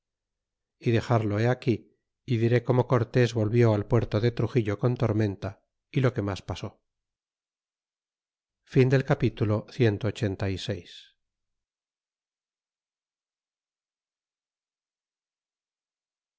y dexarlo he aquí y diré como cortés volvió al puerto de truxillo con tormenta y lo que mas pasó capitulo clxxxvii omo